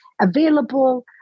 available